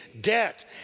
debt